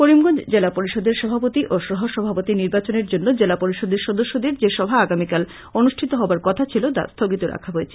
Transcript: করিমগঞ্জ জেলা পরিষদের সভাপতি ও সহসভাপতি নির্বাচনের জন্য জেলা পরিষদের সদস্যদের যে সভা আগামীকাল অনুষ্ঠিত হবার কথা ছিল তা স্থগিত রাখা হয়েছে